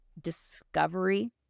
discovery